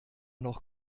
noch